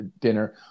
dinner